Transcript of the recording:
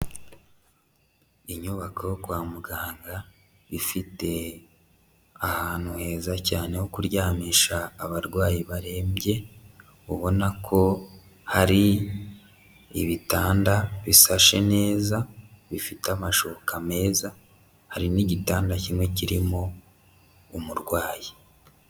Inyubako yo kwa muganga, ifite ahantu heza cyane ho kuryamisha abarwayi barembye, ubona ko hari ibitanda bisashe neza bifite amashuka meza, hari n'igitanda kimwe kirimo umurwayi.